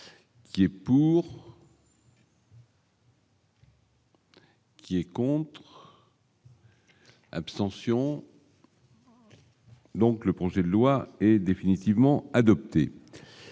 Qui est pour. Qui est contre l'abstention. Donc le projet de loi est définitivement adoptée,